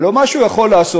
הלוא מה שהוא יכול לעשות,